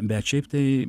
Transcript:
bet šiaip tai